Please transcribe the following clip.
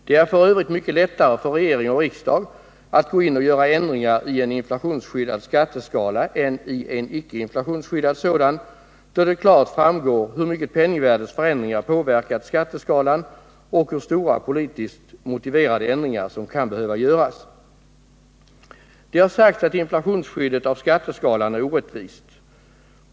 Det är f. ö. mycket lättare för regering och riksdag att gå in och göra ändringar i en inflationsskyddad skatteskala än i en icke inflationsskyddad sådan, då det klart framgår hur mycket penningvärdets förändring påverkat skatteskalan och hur stora politiskt motiverade ändringar som kan behöva göras. Det har sagts att inflationsskyddet av skatteskalan är orättvist.